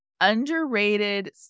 underrated